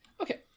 Okay